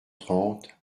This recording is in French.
trente